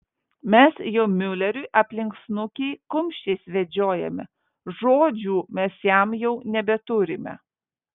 mes jau miuleriui aplink snukį kumščiais vedžiojame žodžių mes jam jau nebeturime